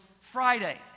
Friday